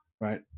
right